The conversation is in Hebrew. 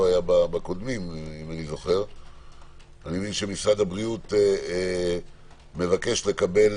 היה בקודמים אני מבין שמשרד הבריאות מבקש לקבל